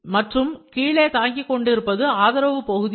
மற்றும் கீழே தாங்கிக் கொண்டிருப்பது ஆதரவு பகுதியாகும்